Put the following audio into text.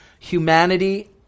humanity